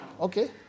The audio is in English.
okay